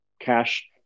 cash